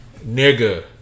nigga